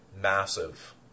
massive